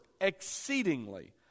exceedingly